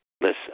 Listen